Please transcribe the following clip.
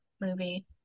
movie